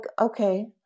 okay